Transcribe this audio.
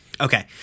Okay